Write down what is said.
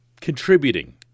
contributing